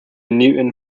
newton